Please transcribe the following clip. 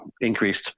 increased